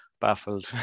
baffled